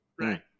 right